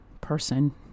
person